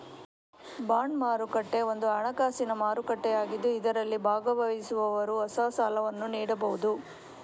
bond ಮಾರುಕಟ್ಟೆ ಒಂದು ಹಣಕಾಸಿನ ಮಾರುಕಟ್ಟೆಯಾಗಿದ್ದು ಇದರಲ್ಲಿ ಭಾಗವಹಿಸುವವರು ಹೊಸ ಸಾಲವನ್ನು ನೀಡಬಹುದು